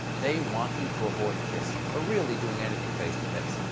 they want you to avoid kissing, or really doing anything face-to-face.